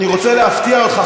אני רוצה להפתיע אותך,